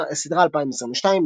סדרה 2022,